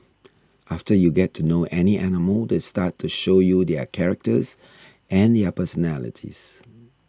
after you get to know any animal they start to show you their characters and their personalities